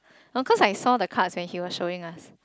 of course I saw the cards when he was showing us